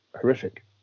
horrific